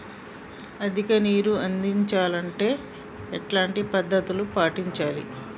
అధిక నీరు అందించాలి అంటే ఎలాంటి పద్ధతులు పాటించాలి?